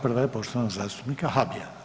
Prva je poštovanog zastupnika Habijana.